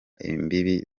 imbibi